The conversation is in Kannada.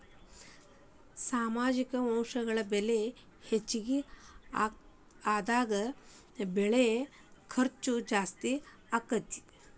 ಸಾಮಾಜಿಕ ಅಂಶಗಳ ಬೆಲೆ ಹೆಚಗಿ ಆದಂಗ ಬೆಳಿ ಖರ್ಚು ಜಾಸ್ತಿ ಅಕ್ಕತಿ